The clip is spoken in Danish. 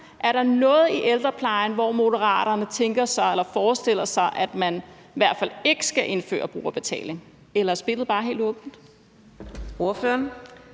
Er der noget i ældreplejen, hvor Moderaterne tænker sig eller forestiller sig man i hvert fald ikke skal indføre brugerbetaling, eller er spillet bare helt åbent?